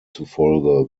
zufolge